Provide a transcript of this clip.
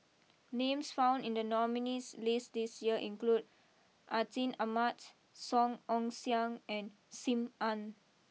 names found in the nominees list this year include Atin Amat Song Ong Siang and Sim Ann